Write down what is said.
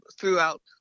throughout